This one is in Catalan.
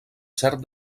cert